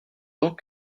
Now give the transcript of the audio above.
tant